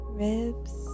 ribs